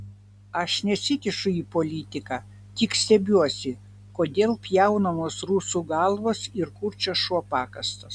aš nesikišu į politiką tik stebiuosi kodėl pjaunamos rusų galvos ir kur čia šuo pakastas